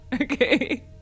Okay